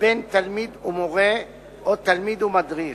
בין תלמיד ומורה או תלמיד ומדריך.